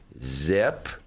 zip